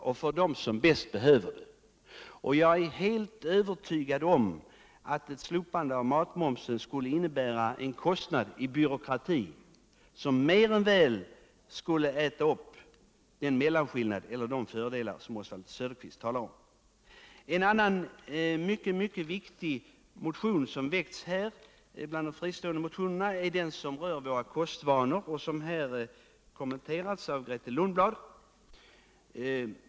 Jag är helt övertygad om att ett slopande av moms på maten genom den ökade byråkrati som då skulle bli följden skulle innebära en kostnad som gott och väl skulle äta upp de fördelar som den mellanskillnad skulle medföra som Oswald Söderqvist talade om. En annan mycket viktig fristående motion som rör våra kostvanor har här kommenterats av Grethe Lundblad.